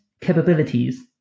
capabilities